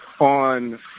On